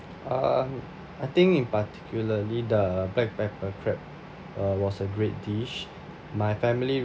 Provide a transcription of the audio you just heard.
uh I think in particularly the black pepper crab uh was a great dish my family